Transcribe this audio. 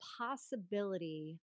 possibility